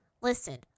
Listen